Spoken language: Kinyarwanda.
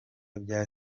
bya